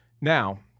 Now